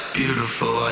beautiful